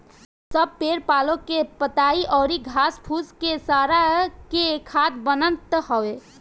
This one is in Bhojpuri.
सब पेड़ पालो के पतइ अउरी घास फूस के सड़ा के खाद बनत हवे